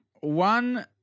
One